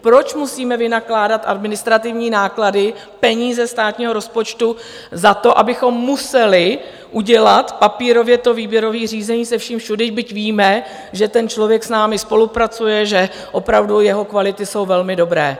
Proč musíme vynakládat administrativní náklady, peníze státního rozpočtu, za to, abychom museli udělat papírově to výběrové řízení se vším všudy, byť víme, že ten člověk s námi spolupracuje, že opravdu jeho kvality jsou velmi dobré?